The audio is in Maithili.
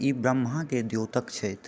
ई ब्रह्माके द्योतक छथि